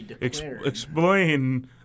Explain